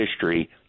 history